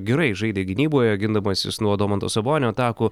gerai žaidė gynyboje gindamasis nuo domanto sabonio atakų